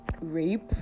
rape